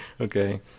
okay